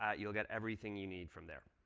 um you'll get everything you need from there.